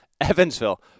Evansville